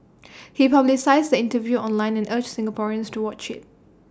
he publicised the interview online and urged Singaporeans to watch IT